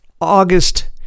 August